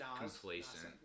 complacent